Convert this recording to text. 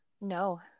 No